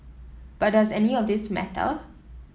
but does any of this matter